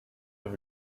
have